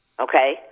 okay